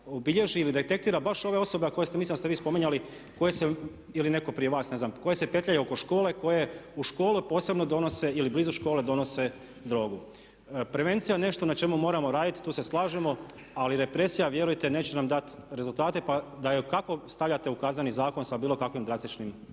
obilježi ili detektira baš ove osobe koje mislim da ste vi spominjali ili netko prije vas ne znam koje se petljaju oko škole, koje u školu posebno donose ili blizu škole donose drogu. Prevencija je nešto na čemu moramo raditi, tu se slažemo. Ali represija vjerujte neće nam dati rezultate pa da je bilo kako stavljate u Kazneni zakon sa bilo kakvim drastičnim